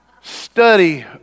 Study